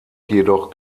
jedoch